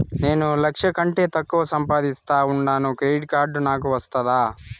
నేను లక్ష కంటే తక్కువ సంపాదిస్తా ఉండాను క్రెడిట్ కార్డు నాకు వస్తాదా